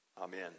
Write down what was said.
Amen